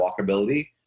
walkability